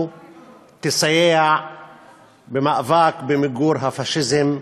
תסייע במאבק למיגור הפאשיזם והדיכוי.